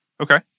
Okay